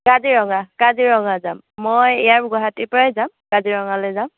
কাজিৰঙা কাজিৰঙা যাম মই ইয়াৰ গুৱাহাটীৰ পৰাই যাম কাজিৰঙালৈ যাম